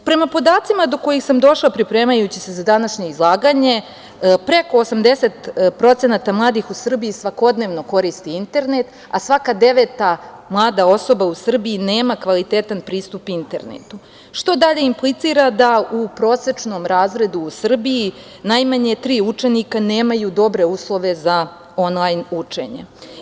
Prema podacima do kojih sam došla pripremajući se za današnje izlaganje, preko 80% mladih u Srbiji svakodnevno koristi internet, a svaka deveta mlada osoba u Srbiji nema kvalitetan pristup internetu, što dalje implicira da u prosečnom razredu u Srbiji najmanje tri učenika nemaju dobre uslove za onlajn učenje.